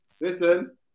Listen